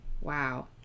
Wow